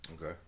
Okay